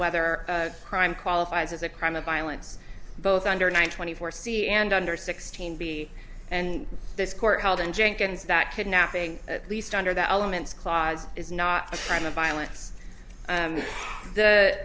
whether crime qualifies as a crime of violence both under nine twenty four c and under sixteen b and this court held in jenkins that kidnapping at least under the elements clause is not a crime of violence